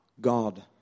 God